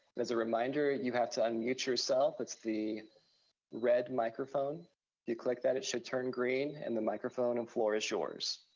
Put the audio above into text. as a reminder, you have to unmute yourself. it's the red microphone. if you click that, it should turn green, and the microphone and floor is yours.